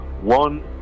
one